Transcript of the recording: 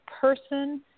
person